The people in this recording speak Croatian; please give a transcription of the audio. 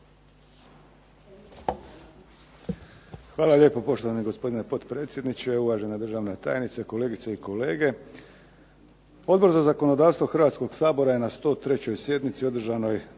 Hvala lijepo poštovani gospodine potpredsjedniče, uvažena državna tajnice, kolegice i kolege. Odbor za zakonodavstvo Hrvatskog sabora je na 103. sjednici održanoj